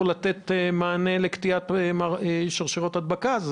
לתת מענה טוב לקטיעת שרשראות הדבקה.